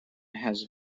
has